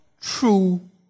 true